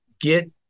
get